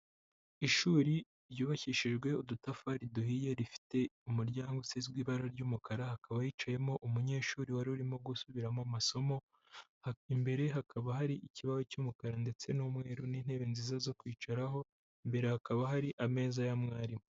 Ishuri ryubakishijwe udutafari duhiye, rifite umuryango usizwe ibara ry'umukara hakaba yicayemo umunyeshuri wari urimo gusubiramo amasomo, imbere hakaba hari ikibaho cy'umukara ndetse n'umweru, n'intebe nziza zo kwicaraho, imbere hakaba hari ameza ya mwarimu.